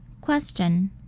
Question